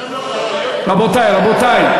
רבותי,